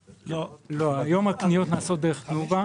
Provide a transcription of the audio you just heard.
לא, היום הקניות נעשות דרך תנובה.